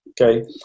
Okay